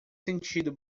sentido